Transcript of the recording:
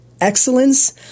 excellence